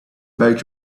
back